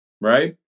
Right